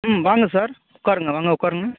ம் வாங்க சார் உட்காருங்க வாங்க உட்காருங்க